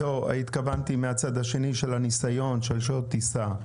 לא, התכוונתי מהצד השני של הניסיון, של שעות טיסה.